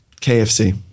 KFC